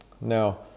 Now